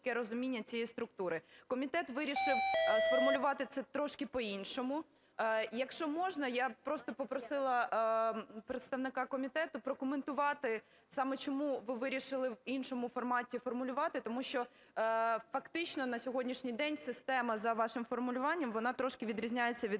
Комітет вирішив сформулювати це трошки по-іншому. Якщо можна, я просто б попросила представника комітету прокоментувати, саме чому ви вирішили в іншому форматі формулювати. Тому що фактично на сьогоднішній день система, за вашим формулюванням, вона трошки відрізняється від